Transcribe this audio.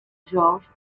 george